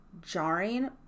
jarring